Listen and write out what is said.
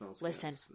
listen